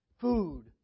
Food